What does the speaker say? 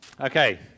Okay